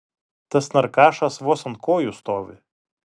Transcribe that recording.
tas narkašas vos ant kojų stovi